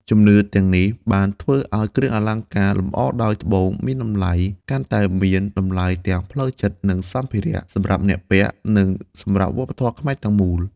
ជំនឿទាំងនេះបានធ្វើឱ្យគ្រឿងអលង្ការលម្អដោយត្បូងមានតម្លៃកាន់តែមាន តម្លៃទាំងផ្លូវចិត្ត និងសម្ភារៈ សម្រាប់អ្នកពាក់ និងសម្រាប់វប្បធម៌ខ្មែរទាំងមូល។